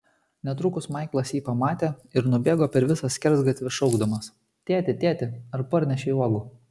netrukus maiklas jį pamatė ir nubėgo per visą skersgatvį šaukdamas tėti tėti ar parnešei uogų